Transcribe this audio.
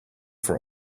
for